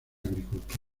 agricultura